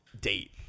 date